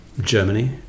Germany